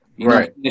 Right